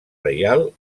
reial